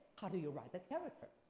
how do you write the?